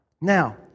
Now